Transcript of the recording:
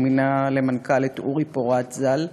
הוא מינה למנכ"ל את אורי פורת ז"ל,